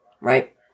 Right